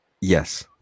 Yes